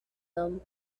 them